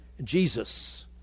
jesus